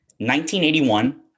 1981